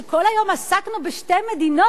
שכל היום עסקנו בשתי מדינות,